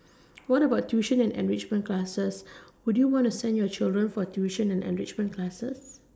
what about tuition and enrichment classes would you want to send your children for tuition and enrichment classes